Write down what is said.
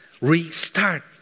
restart